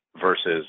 versus